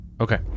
Okay